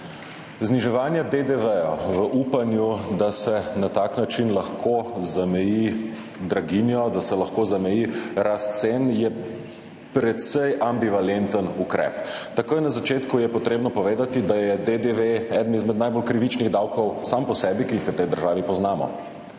Zniževanje DDV v upanju, da se na tak način lahko zameji draginjo, da se lahko zameji rast cen, je precej ambivalenten ukrep. Takoj na začetku je potrebno povedati, da je DDV eden izmed najbolj krivičnih davkov sam po sebi, ki jih v tej državi poznamo.